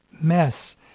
mess